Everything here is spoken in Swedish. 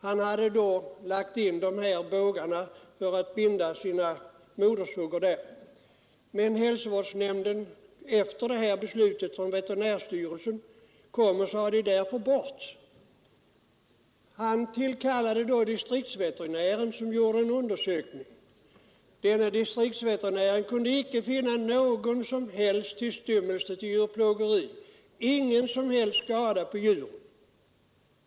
Han hade då inrett detta för att binda sina modersuggor men efter det aktuella beslutet från veterinärstyrelsen sade hälsovårdsnämnden att bindslena måste tas bort. Jordbrukaren tillkallade då distriktsveterinären, som gjorde en undersökning. Denne distriktsveterinär kunde inte finna någon tillstymmelse till djurplågeri, ingen som helst skada på djuren.